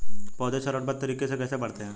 पौधे चरणबद्ध तरीके से कैसे बढ़ते हैं?